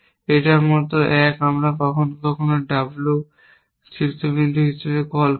এটার মত এক আমরা কখনও কখনও ডাব্লু শীর্ষবিন্দু হিসাবে কল করি